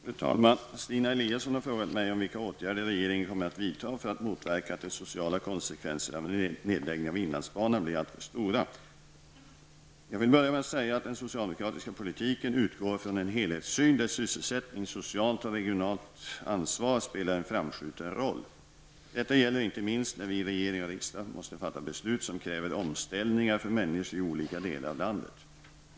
Fru talman! Stina Eliasson har frågat mig om vilka åtgärder regeringen kommer att vidta för att motverka att de sociala konsekvenserna av en nedläggning av inlandsbanan blir alltför stora. Jag vill börja med att säga att den socialdemokratiska politiken utgår från en helhetssyn där sysselsättning, socialt och regionalt ansvar spelar en framskjuten roll. Detta gäller inte minst när vi i regering och riksdag måste fatta beslut som kräver omställningar för människor i olika delar av landet.